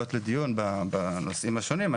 שאלות לדיון בנושאים השונים.